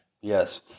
Yes